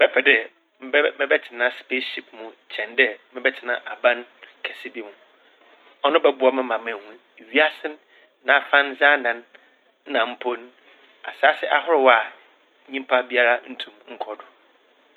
Mebɛpɛ dɛ mebɛ - mebɛtsena "spaceship" mu kyɛn dɛ mebɛtsena aban kɛse bi mu. Ɔno bɔboa me ma mehu iwiase n' n'afandze anan na mpo n' asaase ahorow a nyimpa biara nntum nnkɔ do.